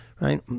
Right